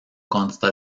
consta